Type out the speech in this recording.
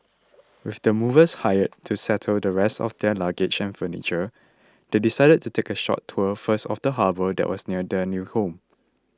with the movers hired to settle the rest of their luggage and furniture they decided to take a short tour first of the harbour that was near their new home